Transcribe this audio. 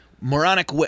Moronic